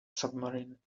submarine